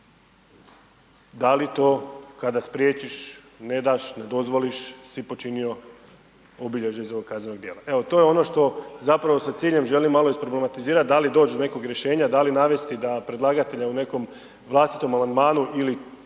Da li to kada spriječiš, ne daš, ne dozvoliš si počinio obilježje za kaznenog djela? Evo, to je ono što zapravo sa ciljem želim malo isproblematizirati, da li doći do nekog rješenja, da li navesti da predlagatelja u nekom vlastitom amandmanu ili